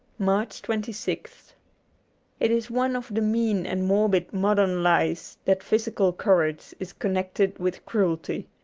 march twenty sixth it is one of the mean and morbid modern lies that physical courage is connected with cruelty.